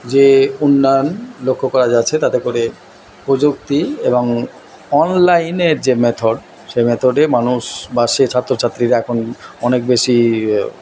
যে উন্নয়ন লক্ষ্য করা যাচ্ছে তাতে করে প্রযুক্তি এবং অনলাইনের যে মেথড সে মেথডে মানুষ বা সে ছাত্র ছাত্রীরা এখন অনেক বেশি